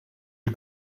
you